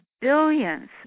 billions